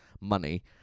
money